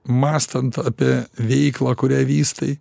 mąstant apie veiklą kurią vystai